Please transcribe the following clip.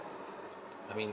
I mean